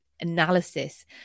analysis